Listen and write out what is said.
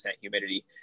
humidity